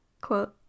Quote